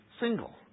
single